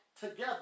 together